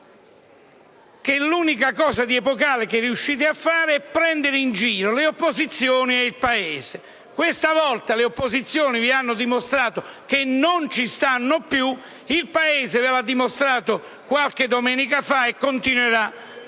chiaro che l'unica cosa di epocale che riuscite a fare è prendere in giro le opposizioni e il Paese. Questa volta le opposizioni vi hanno dimostrato che non ci stanno più; il Paese ve l'ha dimostrato qualche domenica fa, e continuerà